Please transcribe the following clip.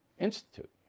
institute